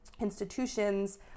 institutions